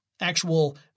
actual